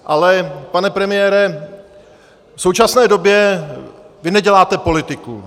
Ale pane premiére, v současné době vy neděláte politiku.